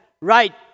right